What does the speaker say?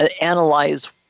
analyze